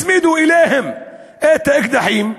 הצמידו אליהם את האקדחים.